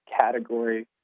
category